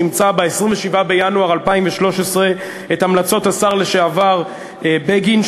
אימצה ב-27 בינואר 2013 את המלצות השר לשעבר בגין,